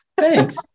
Thanks